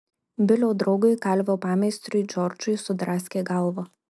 bilio draugui kalvio pameistriui džordžui sudraskė galvą